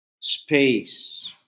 space